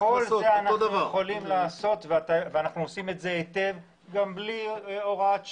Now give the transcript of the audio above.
את כל זה אנחנו יכולים לעשות ואנחנו עושים זאת גם בלי הוראת שעה.